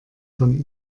von